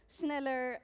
sneller